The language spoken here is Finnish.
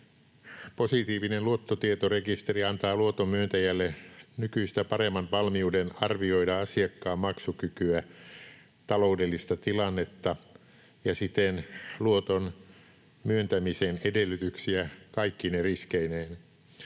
Positiivinen luottotietorekisteri antaa luotonmyöntäjälle nykyistä paremman valmiuden arvioida asiakkaan maksukykyä, taloudellista tilannetta ja siten luoton myöntämisen edellytyksiä kaikkine riskeineen.